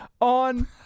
on